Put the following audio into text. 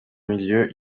milieu